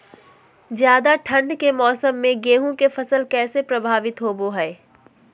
ज्यादा ठंड के मौसम में गेहूं के फसल कैसे प्रभावित होबो हय?